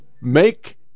make